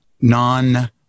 non-